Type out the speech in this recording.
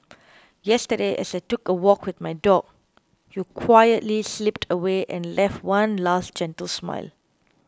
yesterday as I took a walk with my dog you quietly slipped away and left one last gentle smile